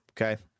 okay